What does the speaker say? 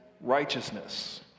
righteousness